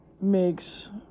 makes